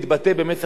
אדוני היושב-ראש,